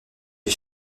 des